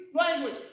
language